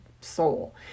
soul